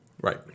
Right